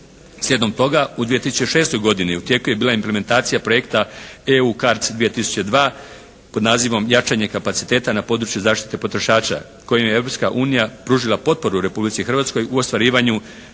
Sljedom toga u 2006. godini u tijeku je bila implementacija projekta EU CARDS 2002. pod nazivom "Jačanje kapaciteta na području zaštite potrošača" kojim je Europska unija pružila potporu Republici Hrvatskoj u ostvarivanju